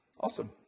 Awesome